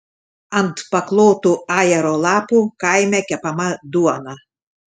ant paklotų ajero lapų kaime kepama duona